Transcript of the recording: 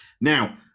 Now